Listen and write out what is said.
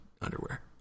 underwear